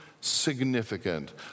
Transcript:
significant